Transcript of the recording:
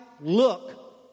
look